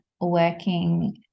working